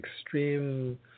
extreme